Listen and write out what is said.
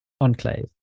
Enclave